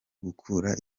gukura